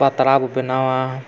ᱯᱟᱛᱲᱟ ᱵᱚ ᱵᱮᱱᱟᱣᱟ